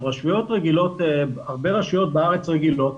הרבה רשויות רגילות בארץ,